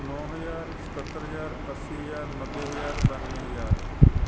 ਨੌ ਹਜ਼ਾਰ ਸਤੱਤਰ ਹਜ਼ਾਰ ਅੱਸੀ ਹਜ਼ਾਰ ਨੱਬੇ ਹਜ਼ਾਰ ਬਾਨਵੇਂ ਹਜ਼ਾਰ